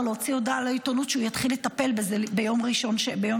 להוציא הודעה לעיתונות שהוא יתחיל לטפל בזה ביום שני,